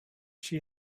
she